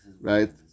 Right